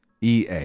EA